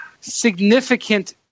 significant